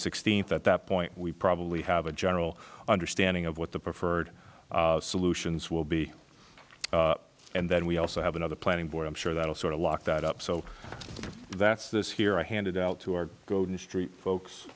sixteenth at that point we probably have a general understanding of what the preferred solutions will be and then we also have another planning board i'm sure that will sort of lock that up so that's this here i handed out to our golden street folks